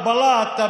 אל-בלאט,